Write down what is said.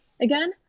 again